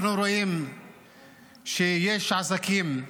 אנחנו רואים שיש עסקים,